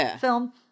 film